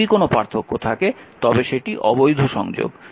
যদি কোনও পার্থক্য থাকে তবে সেটি অবৈধ সংযোগ